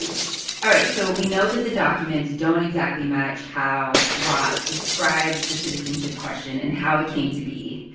all right. so we know that the documents don't exactly match how ross described the citizenship question and how it came to be.